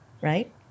Right